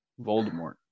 Voldemort